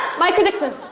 michael jackson.